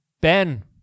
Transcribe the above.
Ben